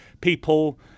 people